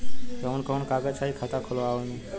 कवन कवन कागज चाही खाता खोलवावे मै?